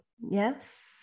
Yes